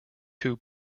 two